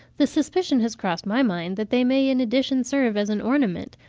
the suspicion has crossed my mind that they may in addition serve as an ornament,